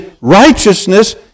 righteousness